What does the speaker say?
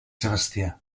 sebastià